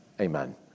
Amen